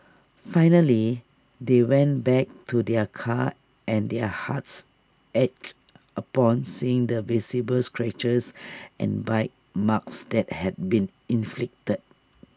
finally they went back to their car and their hearts ached upon seeing the visible scratches and bite marks that had been inflicted